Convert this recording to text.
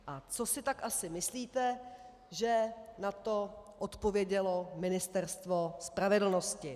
A co si tak asi myslíte, že na to odpovědělo Ministerstvo spravedlnosti?